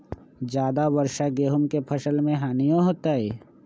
ज्यादा वर्षा गेंहू के फसल मे हानियों होतेई?